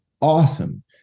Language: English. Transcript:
awesome